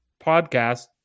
podcast